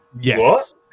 Yes